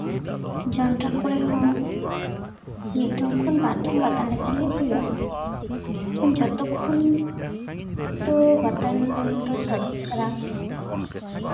ᱡᱚᱱᱰᱨᱟ ᱠᱚᱨᱮ ᱦᱚᱸ ᱢᱤᱫ ᱫᱚᱢ ᱠᱷᱚᱱ ᱵᱟᱨ ᱫᱚᱢ ᱵᱟᱛᱟᱱ ᱞᱮᱠᱷᱟᱱ ᱜᱮ ᱦᱩᱭᱩᱜᱼᱟ ᱠᱤᱱᱛᱩ ᱡᱚᱛᱚᱠᱷᱚᱱ ᱛᱳ ᱵᱟᱛᱟᱱ ᱮᱢᱫᱚ ᱫᱚᱨᱠᱟᱨ ᱠᱟᱱᱟ